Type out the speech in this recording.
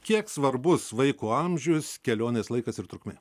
kiek svarbus vaiko amžius kelionės laikas ir trukmė